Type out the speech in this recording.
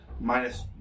Minus